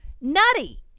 nutty